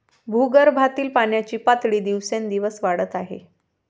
भूगर्भातील पाण्याची पातळी दिवसेंदिवस वाढत आहे